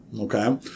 okay